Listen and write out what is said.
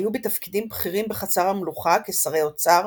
היו בתפקידים בכירים בחצר המלוכה כשרי אוצר,